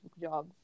job